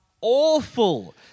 awful